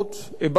הבעתי את דעתי.